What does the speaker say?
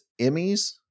Emmys